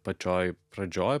pačioj pradžioj